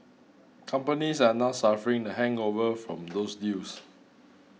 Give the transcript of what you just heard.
companies are now suffering the hangover from those deals